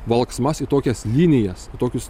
valksmas į tokias linijas tokius